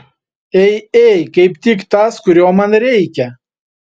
ei ei kaip tik tas kurio man reikia